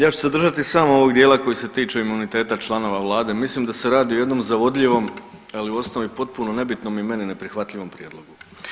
Ja ću se držati samo ovog dijela koji se tiče imuniteta članova vlade, mislim da se radi o jednom zavodljivom, ali uostalom i potpuno nebitnom i meni neprihvatljivom prijedlogu.